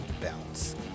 bounce